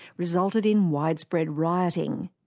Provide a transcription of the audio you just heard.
resulted in widespread rioting.